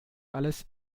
alles